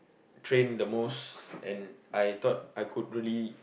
train the most and I thought I could really